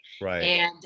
Right